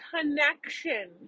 connection